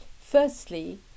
Firstly